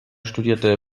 studierte